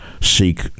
seek